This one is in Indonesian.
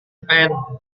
pen